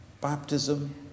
Baptism